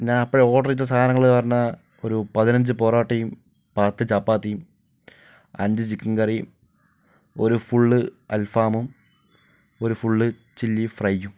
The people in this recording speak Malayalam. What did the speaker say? ഞാപ്പഴ് ഓർഡർ ചെയ്ത സാധനങ്ങള്ന്ന് പറഞ്ഞാ ഒരു പതിനഞ്ച് പൊറോട്ടയും പത്ത് ചപ്പാത്തിയും അഞ്ചു ചിക്കൻ കറിയും ഒരു ഫുള്ള് അൽഫാമും ഒരു ഫുള്ള് ചില്ലി ഫ്രൈയും